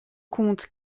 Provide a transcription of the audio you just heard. comptes